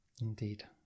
indeed